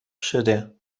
شده